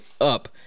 up